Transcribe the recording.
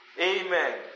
Amen